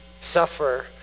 suffer